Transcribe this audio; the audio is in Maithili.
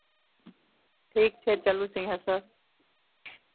ठीक छै चलू सिंहेश्वर